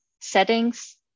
Settings